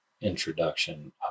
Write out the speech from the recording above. introduction